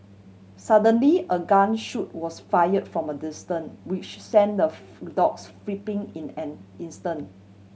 suddenly a gun shot was fire from a distance which sent the dogs in an instant